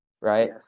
right